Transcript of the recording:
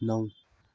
नौ